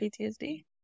PTSD